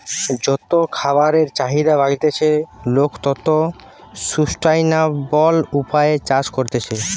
যত খাবারের চাহিদা বাড়তিছে, লোক তত সুস্টাইনাবল উপায়ে চাষ করতিছে